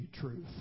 truth